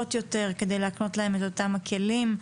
יותר כדי להקנות להם את אותם הכלים,